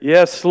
Yes